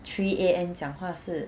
three A_M 讲话是